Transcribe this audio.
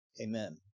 Amen